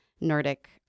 Nordic